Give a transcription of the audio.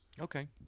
Okay